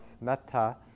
metta